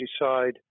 decide